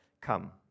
Come